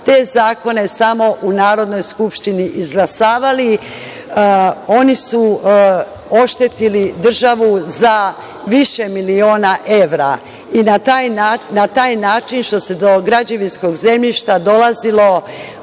te zakone samo u Narodnoj skupštini izglasavali, oni su oštetili državu za više miliona evra, na taj način što se do građevinskog zemljišta dolazilo